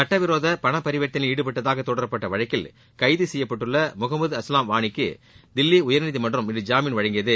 சுட்டவிரோத பண பரிவர்த்தனையில் ஈடுபட்டதாக தொடரப்பட்ட வழக்கில் கைது செய்யப்பட்டுள்ள முஹமது அஸ்லாம் வாணிக்கு தில்லி உயர்நீதிமன்றம் இன்று ஜாமீன் வழங்கியது